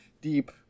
deep